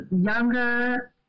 younger